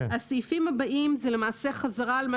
הסעיפים הבאים זאת למעשה חזרה על מה